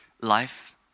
life